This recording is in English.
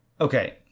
okay